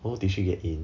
oh did she get in